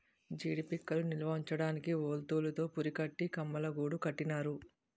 జీడీ పిక్కలు నిలవుంచడానికి వౌల్తులు తో పురికట్టి కమ్మలగూడు కట్టినారు